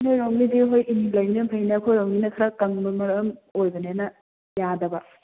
ꯅꯣꯏꯔꯣꯝꯒꯤꯗꯤ ꯅꯣꯏ ꯏꯅꯤꯟ ꯂꯩꯕꯅꯤꯅ ꯐꯩꯅ ꯑꯩꯈꯣꯏꯔꯣꯝꯒꯤꯅ ꯈꯔ ꯀꯪꯕ ꯃꯔꯝ ꯑꯣꯏꯕꯅꯤꯅ ꯌꯥꯗꯕ